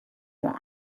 juan